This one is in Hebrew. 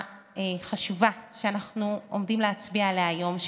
החשובה שאנחנו עומדים להצביע עליה היום,